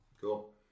Cool